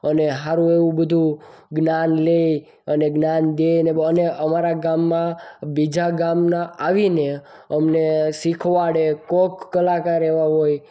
અને સારું એવું બધું જ્ઞાન લે અને જ્ઞાન દે અને અમારા ગામમાં બીજા ગામના આવીને અમને શીખવાડે કોઈક કલાકાર એવા હોય